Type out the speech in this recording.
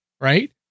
right